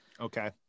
Okay